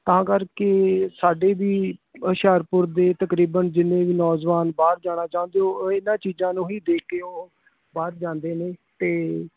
ਤਾਂ ਕਰਕੇ ਸਾਡੇ ਵੀ ਹੁਸ਼ਿਆਰਪੁਰ ਦੇ ਤਕਰੀਬਨ ਜਿੰਨੇ ਵੀ ਨੌਜਵਾਨ ਬਾਹਰ ਜਾਣਾ ਚਾਹੁੰਦੇ ਉਹ ਇਹਨਾਂ ਚੀਜ਼ਾਂ ਨੂੰ ਹੀ ਦੇਖ ਕੇ ਉਹ ਬਾਹਰ ਜਾਂਦੇ ਨੇ ਅਤੇ